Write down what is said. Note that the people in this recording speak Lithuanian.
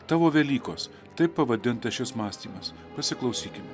tavo velykos taip pavadintas šis mąstymas pasiklausykim